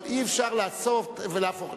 אבל אי-אפשר לעשות ולהפוך,